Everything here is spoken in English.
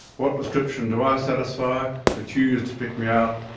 what description do i satisfy, that you use to pick me out,